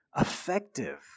effective